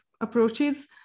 approaches